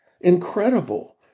incredible